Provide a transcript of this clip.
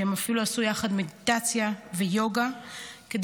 שהם אפילו עשו יחד מדיטציה ויוגה כדי